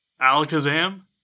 Alakazam